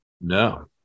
No